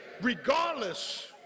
regardless